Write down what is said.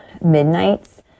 Midnights